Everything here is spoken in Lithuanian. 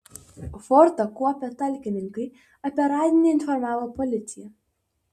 fortą kuopę talkininkai apie radinį informavo policiją